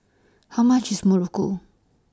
How much IS Muruku